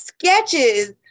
sketches